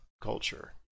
Culture